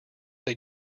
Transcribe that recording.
they